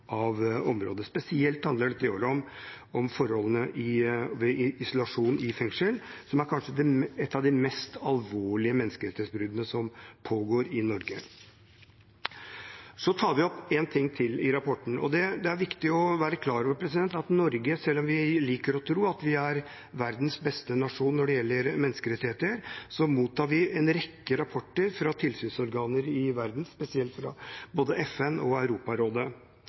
om forholdene ved isolasjon i fengsel, som kanskje er et av de mest alvorlige menneskerettighetsbruddene som pågår i Norge. Så tar vi opp en ting til i rapporten. Det er viktig å være klar over at Norge, selv om vi liker å tro at vi er verdens beste nasjon når det gjelder menneskerettigheter, mottar en rekke rapporter fra tilsynsorganer i verden, spesielt fra FN og Europarådet.